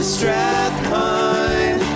Strathpine